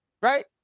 Right